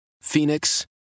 Phoenix